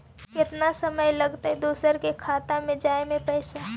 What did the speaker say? केतना समय लगतैय दुसर के खाता में जाय में पैसा?